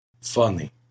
Funny